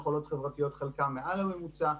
יכולות חברתיות חלקם מעל לממוצע.